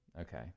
Okay